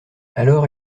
alors